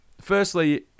Firstly